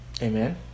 amen